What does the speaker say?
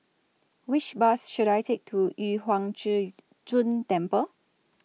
Which Bus should I Take to Yu Huang Zhi Zun Temple